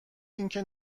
اینکه